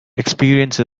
experience